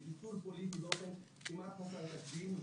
מטלטול פוליטי באופן כמעט חסר תקדים ו